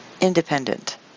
Independent